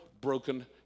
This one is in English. broken